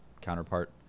counterpart